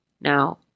Now